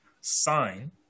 sign